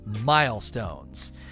Milestones